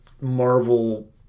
Marvel